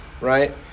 right